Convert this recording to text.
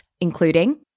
including